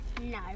No